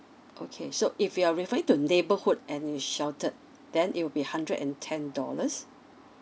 okay so if you are referring to neighbourhood and sheltered then it will be hundred and ten dollars